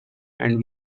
and